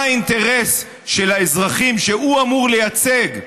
מה האינטרס של האזרחים שהוא אמור לייצג,